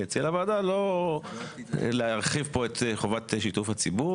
אני אציע לוועדה לא להרחיב פה את חובת שיתוף הציבור.